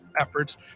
efforts